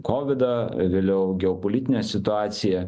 kovidą vėliau geopolitinę situaciją